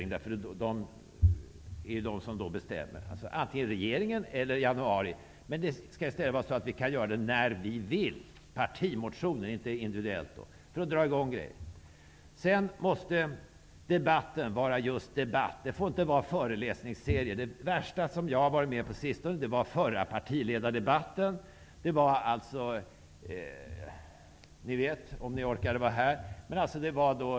Vi borde i stället kunna göra det när vi vill; det gäller alltså partimotioner, inte individuellt. Debatterna måste vara just debatter. Det får inte vara föreläsningsserier. Det värsta jag har varit med om på sistone var den förra partiledardebatten. Om ni orkade vara här vet ni hur det gick till.